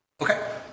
Okay